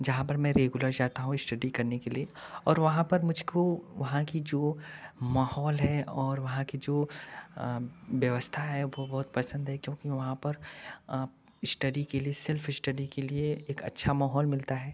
जहाँ पर मैं रेगुलर जाता हूँ श्टडी करने के लिए और वहाँ पर मुझको वहाँ की जो माहौल है और वहाँ की जो व्यवस्था है वह बहुत पसंद है क्योंकि वहाँ पर श्टडी के लिए सेल्फ इश्टडी के लिए एक अच्छा माहौल मिलता है